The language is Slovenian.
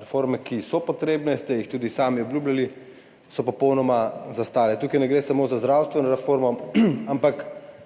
reforme, ki so potrebne, ste jih tudi sami obljubljali, so popolnoma zastale – tukaj ne gre samo za zdravstveno reformo, ampak